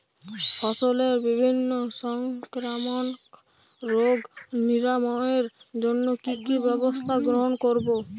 ফসলের বিভিন্ন সংক্রামক রোগ নিরাময়ের জন্য কি কি ব্যবস্থা গ্রহণ করব?